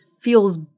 feels